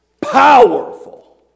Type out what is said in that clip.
Powerful